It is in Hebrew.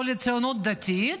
או לציונות הדתית,